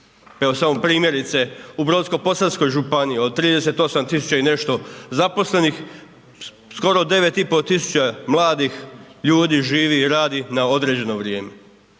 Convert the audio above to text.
Evo samo primjerice u Brodsko-posavskoj županiji od 38 tisuća i nešto zaposlenih skoro 9,5 tisuća mladih ljudi živi i radi na određeno vrijeme.